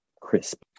crisp